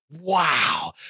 Wow